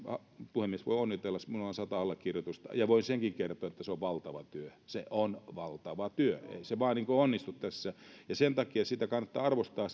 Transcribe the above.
puhemies voi onnitella minulla on sata allekirjoitusta ja voin senkin kertoa että se on valtava työ se on valtava työ ei se niin vain onnistu tässä sen takia kannattaa arvostaa